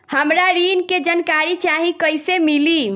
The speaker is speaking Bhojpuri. हमरा ऋण के जानकारी चाही कइसे मिली?